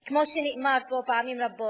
כמו שנאמר פה פעמים רבות,